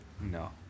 No